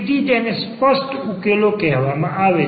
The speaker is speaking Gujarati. તેથી તેને સ્પષ્ટ ઉકેલો કહેવામાં આવે છે